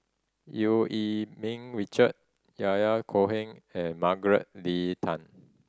Eu Yee Ming Richard Yahya Cohen and Margaret Leng Tan